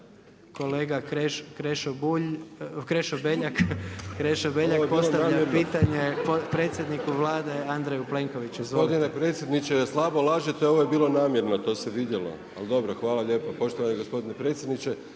kolega Krešo Beljak postavlja pitanje predsjedniku Vlade Andreju Plenkoviću. Izvolite.